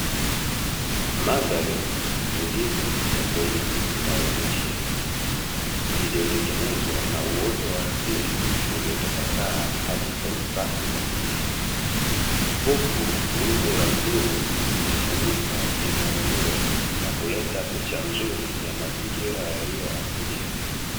Mandhari tulivu ya porini inayovutia iliyotengenezwa na uoto asili uliotapakaa hadi kwenye safu za milima, huku wingu la bluu likifunika eneo hilo na kuleta picha nzuri ya mazingira yaliyo asilia.